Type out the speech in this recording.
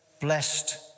blessed